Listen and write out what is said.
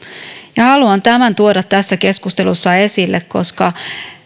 haluan tämän tuoda tässä keskustelussa esille koska